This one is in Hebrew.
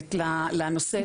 נכנסת לנושא.